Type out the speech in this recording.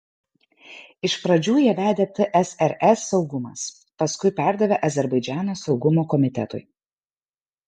iš pradžių ją vedė tsrs saugumas paskui perdavė azerbaidžano saugumo komitetui